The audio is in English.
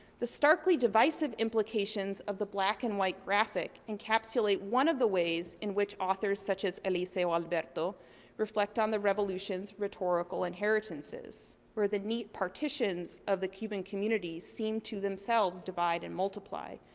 the starkly divisive implications of the black and white graphic encapsulate one of the ways in which authors such as eliseo alberto reflect on the revolution's rhetorical inheritances, where the neat partitions of the cuban community seem to themselves divide and multiply,